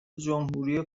جمهوری